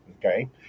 okay